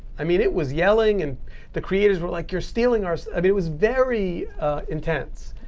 i mean, it was yelling. and the creators were like, you're stealing our i mean it was very intense.